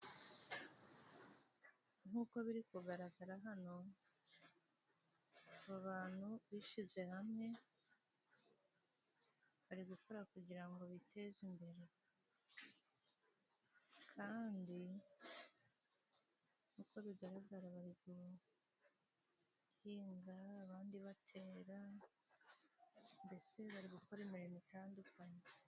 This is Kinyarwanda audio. Nk'uko biri kugaragara hano，aba bantu bishyize hamwe bari gukora kugira ngo biteze imbere. Nk'uko bigaragara bari guhinga abandi batera，mbese bari gukora imirimo itandukanye.